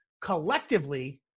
collectively